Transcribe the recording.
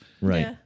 Right